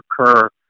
occur